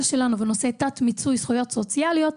שלנו בנושא תת-מיצוי זכויות סוציאליות.